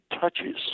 touches